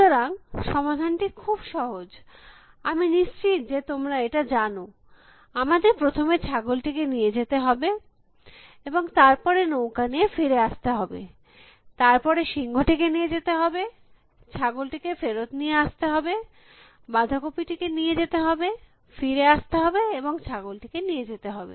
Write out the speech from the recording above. সুতরাং সমাধানটি খুব সহজ আমি নিশ্চিত যে তোমরা এটা জানো আমাদের প্রথমে ছাগল টিকে নিয়ে যেতে হবে এবং তার পরে নৌকা নিয়ে ফিরে আসতে হবে তার পরে সিংহ টিকে নিয়ে যেতে হবে ছাগল টিকে ফেরত নিয়ে আসতে হবে বাঁধাকপি টি নিয়ে যেতে হবে ফিরে আসতে হবে এবং ছাগল টিকে নিয়ে যেতে হবে